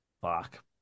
Fuck